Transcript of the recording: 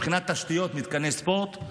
מבחינת תשתיות של מתקני ספורט,